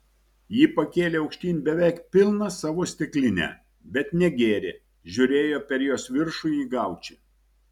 ji pakėlė aukštyn beveik pilną savo stiklinę bet negėrė žiūrėjo per jos viršų į gaučį